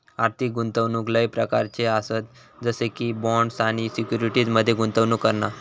आर्थिक गुंतवणूक लय प्रकारच्ये आसत जसे की बॉण्ड्स आणि सिक्युरिटीज मध्ये गुंतवणूक करणा